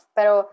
Pero